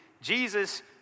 Jesus